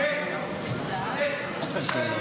גם כשהיינו